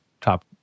top